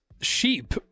sheep